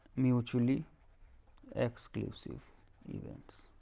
mutually exclusive events